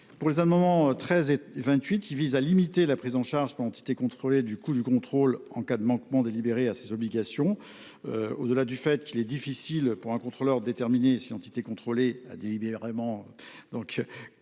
Les amendements n 13 rectifié et 28 visent à limiter la prise en charge par l’entité contrôlée du coût du contrôle aux cas de manquement délibéré à ses obligations. Outre qu’il est difficile, pour un contrôleur, de déterminer si l’entité contrôlée a délibérément